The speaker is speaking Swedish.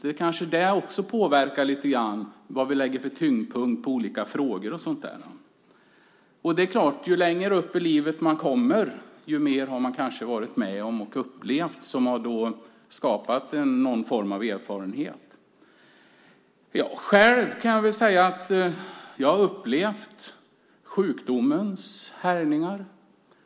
Det kanske också påverkar vilken tyngd vi lägger vid olika frågor. Det är klart att ju längre upp i livet man kommer desto mer har man upplevt som har skapat någon form av erfarenhet. Jag har själv upplevt sjukdomens härjningar.